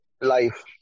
life